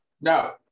No